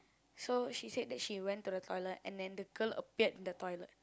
so she said that she went to the toilet and then the girl appeared in the toilet